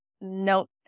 Nope